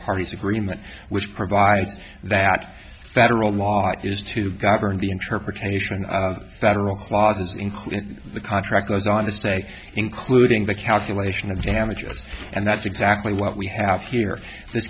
parties agreement which provides that federal law is to govern the interpretation of federal clauses including the contract goes on to say including the calculation of damages and that's exactly what we have here th